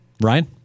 Ryan